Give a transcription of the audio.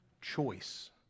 choice